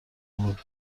بود